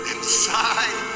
Inside